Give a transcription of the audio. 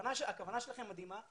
הכוונה שלכם היא מדהימה,